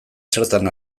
zertan